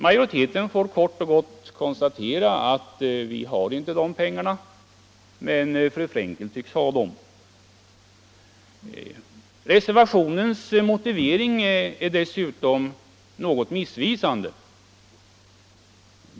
Majoriteten konstaterar kort och gott att vi inte har de pengarna — men fru Frenkel tycks ha dem. Reservationens motivering är dessutom något missvisande.